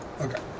Okay